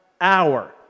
hour